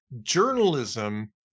journalism